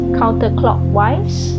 counterclockwise